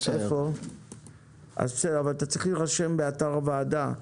אתה צריך להירשם באתר הוועדה,